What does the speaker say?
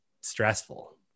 stressful